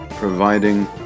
providing